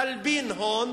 תלבין הון,